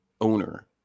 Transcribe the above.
owner